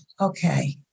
okay